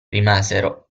rimasero